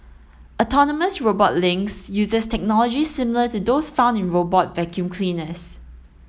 autonomous robot Lynx uses technology similar to those found in robot vacuum cleaners